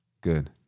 Good